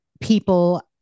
people